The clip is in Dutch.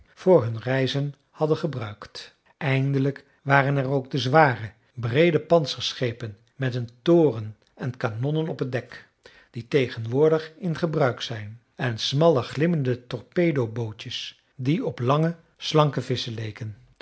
voor hun reizen hadden gebruikt eindelijk waren er ook de zware breede pantserschepen met een toren en kanonnen op het dek die tegenwoordig in gebruik zijn en smalle glimmende torpedobootjes die op lange slanke visschen leken